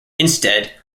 instead